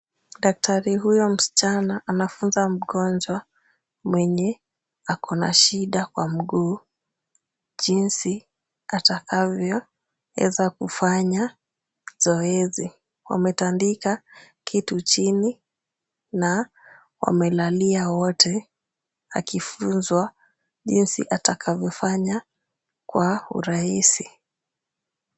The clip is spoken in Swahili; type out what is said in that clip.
Daktari huyu msichana anafunza mgonjwa mwenye ako na shida kwa mguu, jinsi atakavyoeza kufanya zoezi. Wametandika kitu chini na wamelalia wote, akifunzwa jinsi atakavyofanya kwa urahisi.